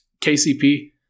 KCP